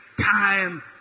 time